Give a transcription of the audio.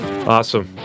Awesome